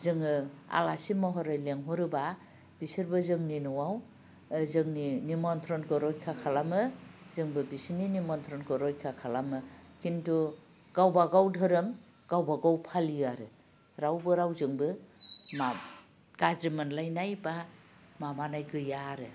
जोङो आलासि महरै लिंहरोब्ला बिसोरबो जोंनि न'आव जोंनि निमनथ्रनखौ रयखा खालामो जोंबो बिसिनि निमनथ्रनखौ रयखा खालामो खिन्थु गावबागाव धोरोम गावबागाव फालियो आरो रावबो रावजोंबो मा गाज्रि मोनलायनाय बा माबानाय गैया आरो